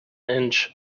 inch